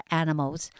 animals